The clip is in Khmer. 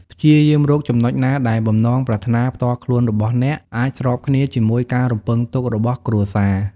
ព្យាយាមរកចំណុចណាដែលបំណងប្រាថ្នាផ្ទាល់ខ្លួនរបស់អ្នកអាច ស្របគ្នា ជាមួយការរំពឹងទុករបស់គ្រួសារ។